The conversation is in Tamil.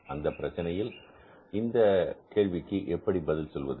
அந்த பிரச்சனையில் இந்த கேள்விக்கு எப்படி பதில் சொல்வது